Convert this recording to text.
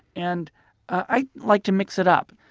and i like to mix it up.